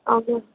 okay